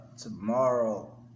Tomorrow